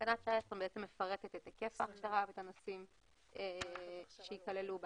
תקנה 19 מפרטת את היקף ההכשרה והנושאים שייכללו בה.